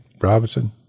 Robinson